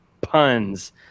puns